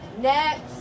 Next